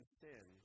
sin